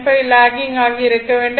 95 locking ஆகி இருக்க வேண்டும்